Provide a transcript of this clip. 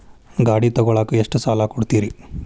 ಗಾಡಿ ತಗೋಳಾಕ್ ಎಷ್ಟ ಸಾಲ ಕೊಡ್ತೇರಿ?